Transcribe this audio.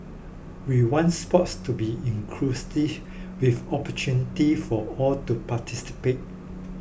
we want sports to be with opportunities for all to participate